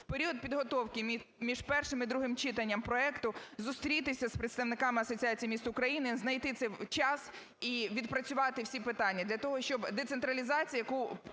в період підготовки між першим і другим читанням проекту зустрітися з представниками Асоціації міст України, знайти час і відпрацювати всі питання для того, щоб децентралізація, яку